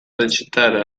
recitare